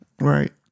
Right